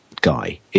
guy